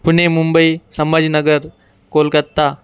Pune Mumbai Sambhajinagar Kolkata